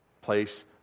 Place